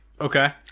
okay